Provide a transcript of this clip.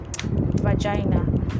vagina